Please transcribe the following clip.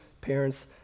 parents